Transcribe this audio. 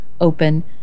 open